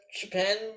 japan